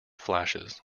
flashes